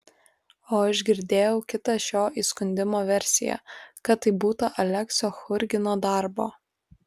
o aš girdėjau kitą šio įskundimo versiją kad tai būta aleksio churgino darbo